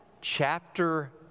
chapter